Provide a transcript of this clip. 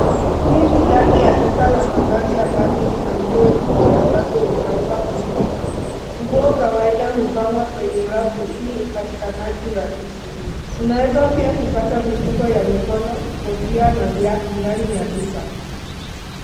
Hii ni ndani ya duka la mavazi ambalo lina nguo nyingi ambazo unaweza kununua. Nguo kawaida hupangwa kwenye rafu ili upatikanaji rahisi. Unaweza pia kupata mifuko ya mikono, kofia na viatu ndani ya duka.